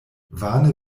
vane